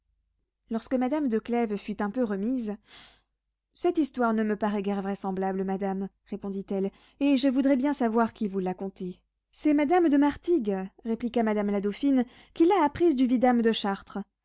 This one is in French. lorsque madame de clèves fut un peu remise cette histoire ne me paraît guère vraisemblable madame répondit-elle et je voudrais bien savoir qui vous l'a contée c'est madame de martigues répliqua madame la dauphine qui l'a apprise du vidame de chartres